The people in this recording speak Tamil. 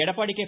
எடப்பாடி கே